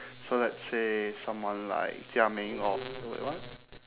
so let's say someone like jia ming or wait wait what